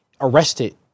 arrested